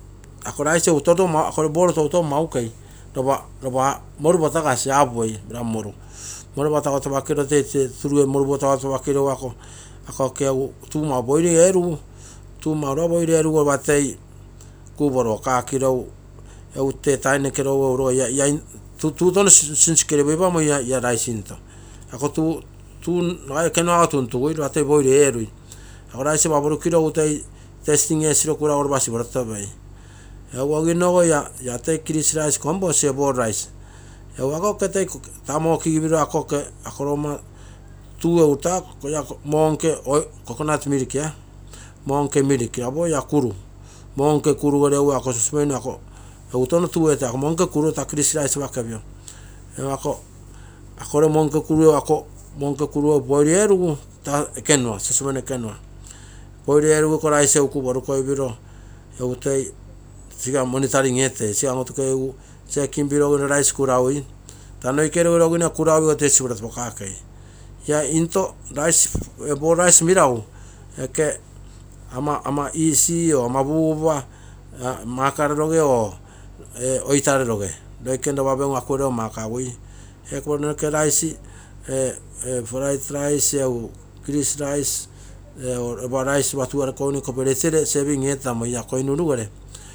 Ako ball rice ee toutou magukei ako tuu egu boil erugu iko rice egu toi inakei, ia tuu tono sinsikeiipamoi. tuu ekenuago tuntuntu lopa boil erugui rice lopa porukiro tasting egiro kuraugu mui rogei greese lorurogo taa moo toi kigipe, taa moo nke milk ere toi boil erugu iko rice iko porukiro egu sigoi monitoring etei agino kuraui toi otopei, ball rice meragu roikene mani oitoipengui makare ogego noke rice, iko fried rice egu tuugere iko plate gere serving etomoi ia koinuruge taa ropa.